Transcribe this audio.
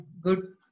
Good